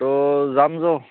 ত' যাম যো